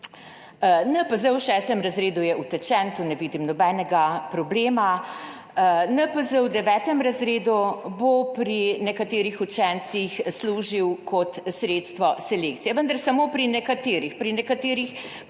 NPZ v 6. razredu je utečen, tu ne vidim nobenega problema. NPZ v 9. razredu bo pri nekaterih učencih služil kot sredstvo selekcije, vendar samo pri nekaterih, pri nekaterih pa ne.